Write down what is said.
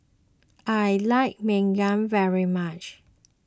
I like Lemang very much